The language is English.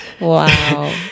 Wow